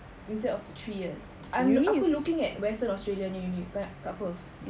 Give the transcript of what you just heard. instead of three years I'm aku looking at western australia nya uni kan kat perth